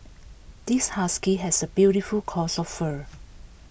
this husky has A beautiful coats of fur